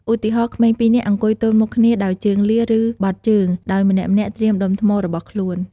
ឧទាហរណ៍ ក្មេងពីរនាក់អង្គុយទល់មុខគ្នាដោយជើងលា ឬបត់ជើង ដោយម្នាក់ៗត្រៀមដុំថ្មរបស់ខ្លួន។